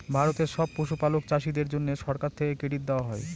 ভারতের সব পশুপালক চাষীদের জন্যে সরকার থেকে ক্রেডিট দেওয়া হয়